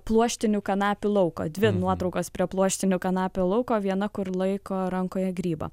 pluoštinių kanapių lauko dvi nuotraukos prie pluoštinių kanapių lauko viena kur laiko rankoje grybą